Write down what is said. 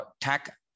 tech